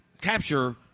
Capture